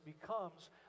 becomes